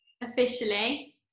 Officially